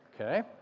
Okay